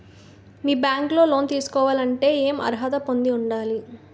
మీ bank లో loan తీసుకోవాలంటే ఎం అర్హత పొంది ఉండాలి?